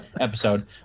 episode